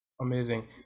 amazing